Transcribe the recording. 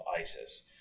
ISIS